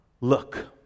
look